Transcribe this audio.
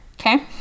Okay